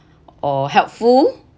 or helpful